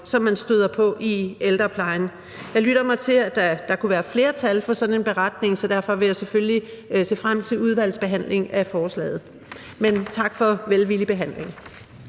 som man støder på i ældreplejen. Jeg lytter mig til, at der kunne være et flertal for sådan en beretning, så derfor vil jeg selvfølgelig se frem til udvalgsbehandlingen af forslaget. Men tak for velvillig behandling.